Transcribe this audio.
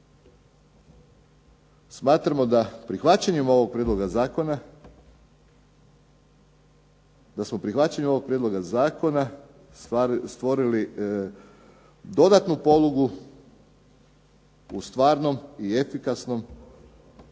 da smo prihvaćanjem ovog prijedloga zakona stvorili dodatnu polugu u stvarnom i efikasnom